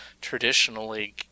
traditionally